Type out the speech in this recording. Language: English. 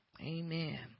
Amen